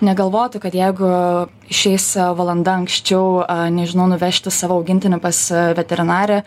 negalvotų kad jeigu išeis valanda anksčiau nežinau nuvežti savo augintinį pas veterinarę